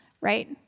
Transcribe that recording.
right